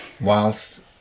whilst